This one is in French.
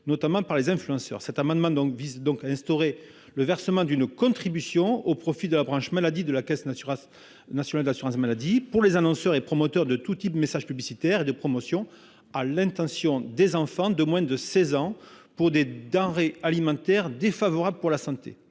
l’intermédiaire des influenceurs. Cet amendement vise donc à instaurer le versement d’une contribution au profit de la branche maladie de la Caisse nationale de l’assurance maladie par les annonceurs et promoteurs de tout type de messages publicitaires et de promotions à l’intention des enfants de moins de 16 ans, pour des denrées alimentaires nocives pour la santé.